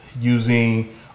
Using